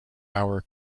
our